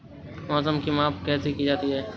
मौसम की माप कैसे की जाती है?